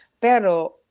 Pero